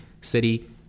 city